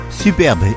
Superbe